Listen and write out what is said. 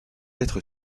être